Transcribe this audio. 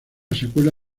secuela